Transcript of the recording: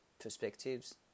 Perspectives